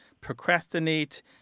procrastinate